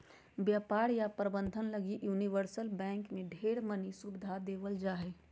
व्यापार या प्रबन्धन लगी यूनिवर्सल बैंक मे ढेर मनी सुविधा देवल जा हय